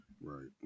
Right